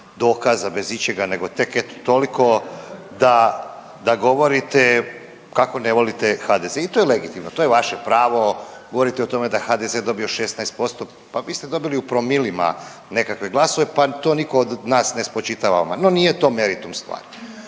dokaza, bez ičega, nego tek eto toliko, da govorite kako ne volite HDZ i to je legitimno, to je vaše pravo. Govorite o tome da je HDZ dobio 16%, pa vi ste dobili u promilima nekakve glasove pa to nitko od nas ne spočitava. No, nije to meritum stvari.